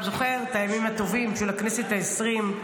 זוכר את הימים הטובים של הכנסת העשרים?